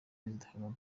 kagame